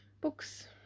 books